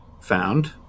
found